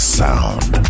sound